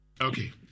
Okay